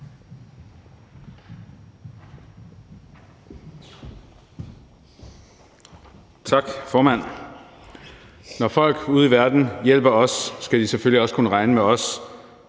Tak, formand. Når folk ude i verden hjælper os, skal de selvfølgelig også kunne regne med os,